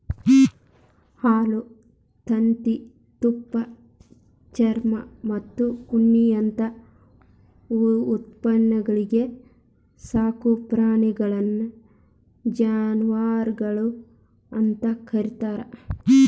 ಹಾಲು, ತತ್ತಿ, ತುಪ್ಪ, ಚರ್ಮಮತ್ತ ಉಣ್ಣಿಯಂತ ಉತ್ಪನ್ನಗಳಿಗೆ ಸಾಕೋ ಪ್ರಾಣಿಗಳನ್ನ ಜಾನವಾರಗಳು ಅಂತ ಕರೇತಾರ